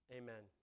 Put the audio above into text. amen